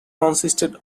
consisted